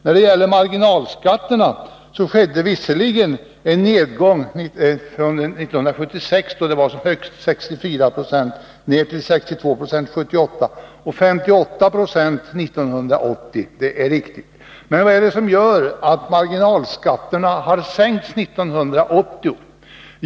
När det gäller marginalskatterna skedde visserligen en nedgång 1976, då de var som högst, från 64 9 till 62 96 1978 och 58 96 1980. Det är riktigt. Men vad är det som har gjort att marginalskatterna har sänkts 1980?